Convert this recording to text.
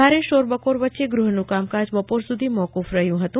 ભારે શોરબકોર વચે ગૃહોનું કામકાજ બપોર સુધી મોક્રક રહ્યું હતું